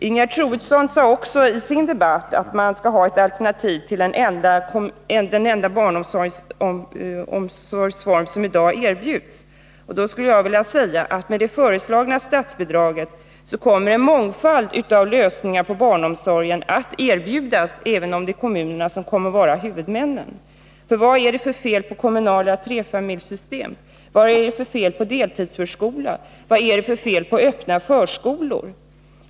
Ingegerd Troedsson sade också i debatten att man skall ha ett alternativ till den enda barnomsorgsform som i dag erbjuds. Då skulle jag vilja säga att med det föreslagna statsbidraget kommer en mångfald lösningar på barnomsorgen att erbjudas, även om det är kommunerna som kommer att vara huvudmän. Vad är det för fel på kommunala trefamiljssystem, vad är det för fel på deltidsförskolan, vad är det för fel på den öppna förskolan?